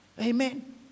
Amen